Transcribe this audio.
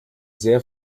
sehr